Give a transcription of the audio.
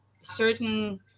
certain